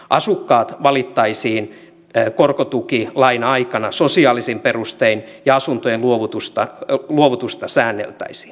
asukkaat valittaisiin korkotukilaina aikana sosiaalisin perustein ja asuntojen luovutusta säänneltäisiin